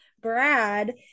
brad